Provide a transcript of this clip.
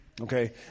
Okay